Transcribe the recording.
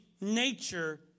nature